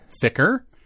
thicker